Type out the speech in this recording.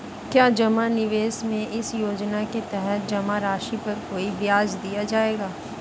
क्या जमा निवेश में इस योजना के तहत जमा राशि पर कोई ब्याज दिया जाएगा?